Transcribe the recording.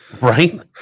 Right